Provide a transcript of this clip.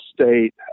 State